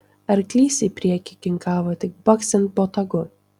arklys į priekį kinkavo tik baksint botagu